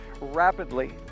rapidly